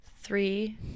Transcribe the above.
three